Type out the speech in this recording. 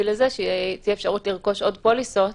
לכך שתהיה אפשרות לרכוש עוד פוליסות,